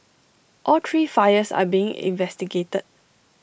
all three fires are being investigated